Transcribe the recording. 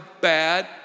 bad